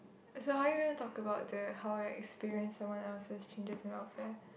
so how are you gonna talk about the how our experience someone else's changes and welfare